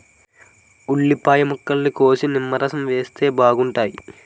ఉల్లిపాయ ముక్కల్ని కోసి నిమ్మరసం వేస్తే బాగుంటాయి